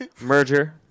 Merger